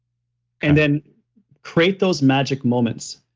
and then create those magic moments,